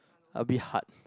a bit hard